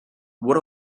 would